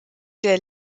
der